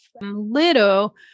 little